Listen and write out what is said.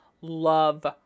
love